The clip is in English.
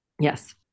Yes